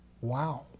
Wow